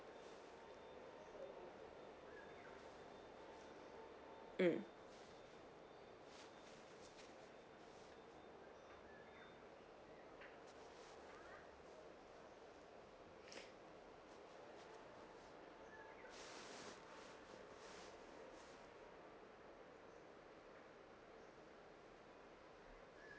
mm